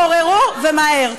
תתעוררו, ומהר.